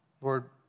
Lord